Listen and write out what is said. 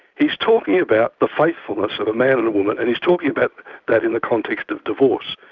he's talking about the faithfulness of a man and a woman and he's talking about that in the context of divorce.